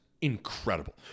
incredible